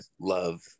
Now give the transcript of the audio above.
love